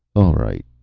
all right.